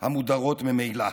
המודרות ממילא.